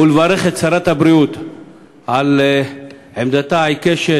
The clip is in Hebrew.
אני רוצה לברך גם את שרת הבריאות על עמדתה העיקשת,